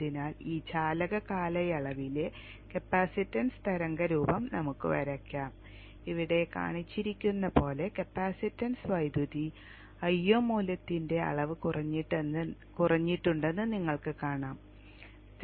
അതിനാൽ ഈ ചാലക കാലയളവിലെ കപ്പാസിറ്റൻസ് തരംഗ രൂപം നമുക്ക് വരയ്ക്കാം ഇവിടെ കാണിച്ചിരിക്കുന്നതുപോലെ കപ്പാസിറ്റൻസ് വൈദ്യുതി Io മൂല്യത്തിന്റെ അളവ് കുറഞ്ഞിട്ടുണ്ടെന്ന് നിങ്ങൾ കാണാം